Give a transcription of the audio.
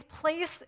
place